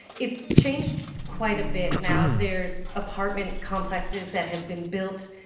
it's changed quite a bit now, there's apartment complexes that have been built.